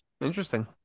Interesting